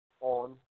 on